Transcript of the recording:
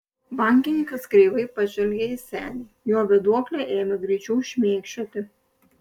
bankininkas kreivai pažvelgė į senį jo vėduoklė ėmė greičiau šmėkščioti